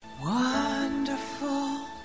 Wonderful